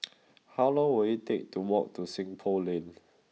how long will it take to walk to Seng Poh Lane